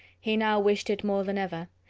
he now wished it more than ever.